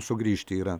sugrįžti yra